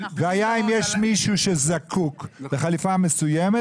והיה אם יש מישהו שזקוק לחליפה מסוימת